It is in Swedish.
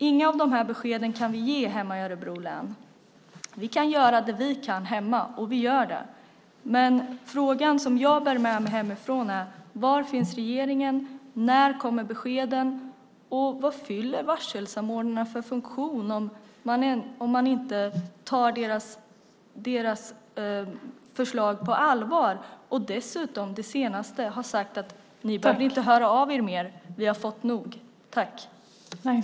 Inga av de här beskeden kan vi ge hemma i Örebro län. Vi kan göra det vi kan hemma, och vi gör det. Men frågorna som jag bär med mig hemifrån är: Var finns regeringen? När kommer beskeden? Vad fyller varselsamordnarna för funktion om man inte tar deras förslag på allvar och dessutom, det senaste, har sagt: Ni behöver inte höra av er mer, vi har fått nog.